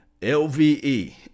lve